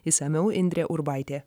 išsamiau indrė urbaitė